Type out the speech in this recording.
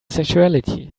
sexuality